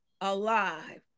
alive